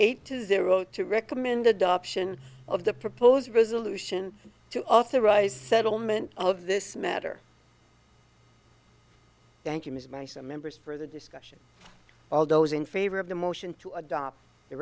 eight two zero to recommend adoption of the proposed resolution to authorize settlement of this matter thank you ms my some members for the discussion all those in favor of the motion to adopt the